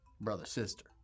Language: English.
brother-sister